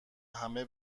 همه